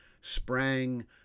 sprang